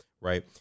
right